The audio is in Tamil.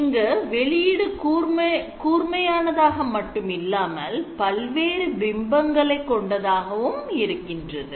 இங்கு வெளியீடு கூர்மையானதாக மட்டும் இல்லாமல் பல்வேறு பிம்பங்களை கொண்டதாகவும் இருக்கின்றது